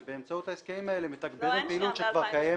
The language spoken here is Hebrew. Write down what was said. ובאמצעות ההסכמים האלה מתגברים פעילות שכבר נעשית.